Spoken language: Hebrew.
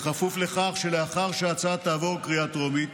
בכפוף לכך שלאחר שההצעה תעבור קריאה טרומית